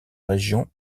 région